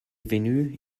venu